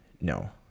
No